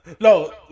No